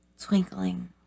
twinkling